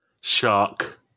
shark